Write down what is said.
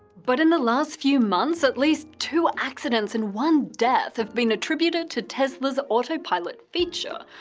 but in the last few months, at least two accidents and one death have been attributed to tesla's autopilot feature.